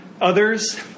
others